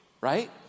Right